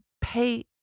pay